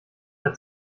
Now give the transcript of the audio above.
der